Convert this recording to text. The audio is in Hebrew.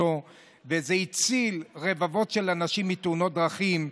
שהציל רבבות אנשים מתאונות דרכים,